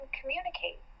communicate